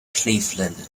cleveland